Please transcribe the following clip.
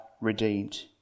redeemed